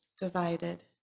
divided